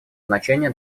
значение